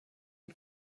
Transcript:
und